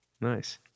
nice